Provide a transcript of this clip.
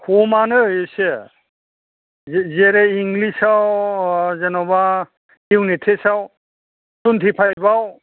खमानो इसे जेरै इंलिसआव जेनेबा इउनिट टेस्टआव टुवेन्टिफाइभआव